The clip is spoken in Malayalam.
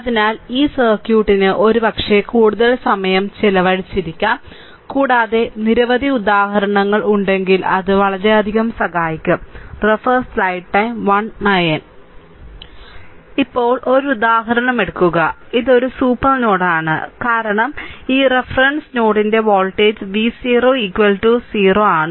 അതിനാൽ ഈ സർക്യൂട്ടിന് ഒരുപക്ഷേ കൂടുതൽ സമയം ചിലവഴിച്ചിരിക്കാം കൂടാതെ നിരവധി ഉദാഹരണങ്ങൾ ഉണ്ടെങ്കിൽ അത് വളരെയധികം സഹായിക്കും ഇപ്പോൾ ഈ ഉദാഹരണം എടുക്കുക ഇത് ഒരു സൂപ്പർ നോഡാണ് കാരണം ഈ വരി ഈ റഫറൻസും അതിന്റെ വോൾട്ടേജും v 0 0 ആണ്